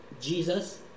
Jesus